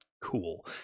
cool